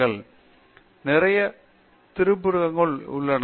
பேராசிரியர் சத்யநாராயணன் என் கும்மாடி நிறைய திறப்புகளும் உள்ளன